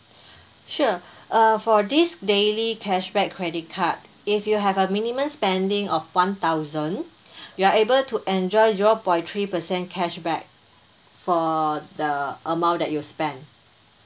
sure err for this daily cashback credit card if you have a minimum spending of one thousand you are able to enjoy zero point three percent cashback for the amount that you spend